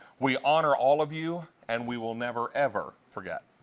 we honor all of you and we will never, ever forget.